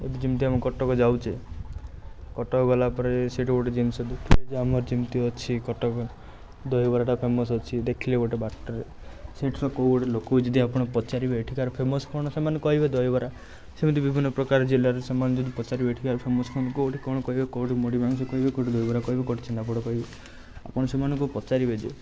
ଯେମିତି ଆମେ କଟକ ଯାଉଛେ କଟକ ଗଲାପରେ ସେଇଠି ଗୋଟେ ଜିନିଷ ଦେଖିଲେ ଯେ ଆମର ଯେମିତି ଅଛି କଟକ ଦହିବରା ଫେମସ୍ ଅଛି ଦେଖିଲେ ଗୋଟେ ବାଟରେ ସେଠିରେ କେଉଁ ଗୋଟେ ଲୋକ ଯଦି ଆପଣ ପଚାରିବେ ଏଠିକାର ଫେମସ୍ କ'ଣ ସେମାନେ କହିବେ ଦହିବରା ସେମିତି ବିଭିନ୍ନ ପ୍ରକାର ଜିଲ୍ଲାରେ ସେମାନେ ଯଦି ପଚାରିବେ ଏଠିକାର ଫେମସ୍ କ'ଣ କେଉଁଠି କ'ଣ କହିବେ କେଉଁଠି ମୁଢ଼ି ମାଂସ କେଉଁଠି ଦହିବରା କହିବେ କେଉଁଠି ଛେନାପୋଡ଼ କହିବେ ଆପଣ ସେମାନଙ୍କୁ ପଚାରିବେ ଯେ